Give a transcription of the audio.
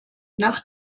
nach